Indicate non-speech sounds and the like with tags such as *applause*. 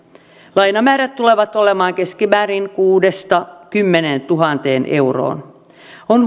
lainamäärät tulevat olemaan keskimäärin kuudestatuhannesta kymmeneentuhanteen euroon on *unintelligible*